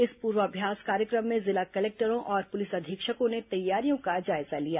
इस पूर्वाभ्यास कार्यक्रम में जिला कलेक्टरों और पुलिस अधीक्षकों ने तैयारियों का जायजा लिया